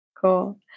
Cool